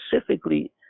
specifically